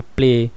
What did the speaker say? play